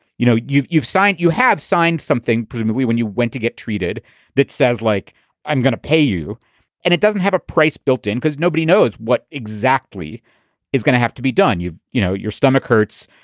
you know, you've you've signed you have signed something presumably when you went to get treated that says like i'm gonna pay you and it doesn't have a price built in because nobody knows what exactly is gonna have to be done. you know, your stomach hurts.